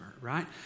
right